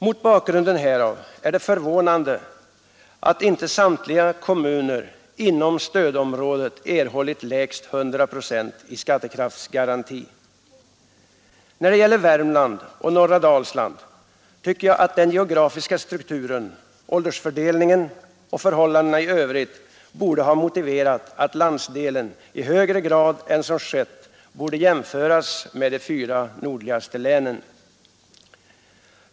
Mot bakgrunden härav är det förvånande att inte samtliga kommuner inom stödområdet erhållit lägst 100 procent i skattekraftsgaranti. När det gäller Värmland och norra Dalsland tycker jag att den geografiska strukturen, åldersfördelningen och förhållandena i övrigt borde ha motiverat att landsdelen i högre grad än som skett jämförs med de fyra nordligaste länen.